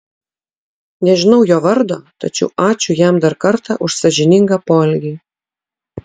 nežinau jo vardo tačiau ačiū jam dar kartą už sąžiningą poelgį